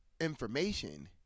information